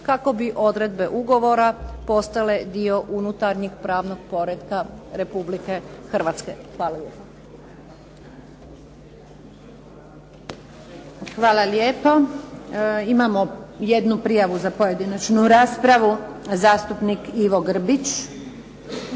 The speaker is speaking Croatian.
kako bi odredbe ugovora postale dio unutarnjeg pravnog poretka Republike Hrvatske. Hvala lijepa. **Antunović, Željka (SDP)** Hvala lijepo. Imamo jednu prijavu za pojedinačnu raspravu, zastupnik Ivo Grbić.